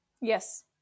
Yes